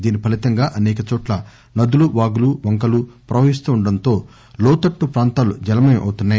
దీని ఫలితంగా అనేక చోట్ల నదులు వాగులు వంకలు పవహిస్తుండడంతో లోతట్లు ప్రాంతాలు జలమయమవుతున్నాయి